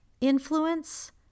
Influence